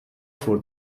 for